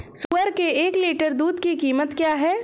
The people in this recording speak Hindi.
सुअर के एक लीटर दूध की कीमत क्या है?